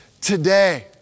today